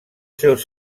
seus